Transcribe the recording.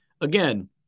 again